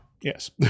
Yes